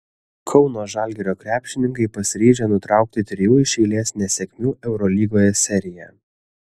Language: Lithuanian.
kauno žalgirio krepšininkai pasiryžę nutraukti trijų iš eilės nesėkmių eurolygoje seriją